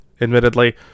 admittedly